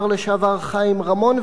השר לשעבר חיים רמון,